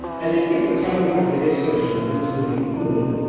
i think that the title for today's session who's looting whom?